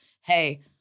hey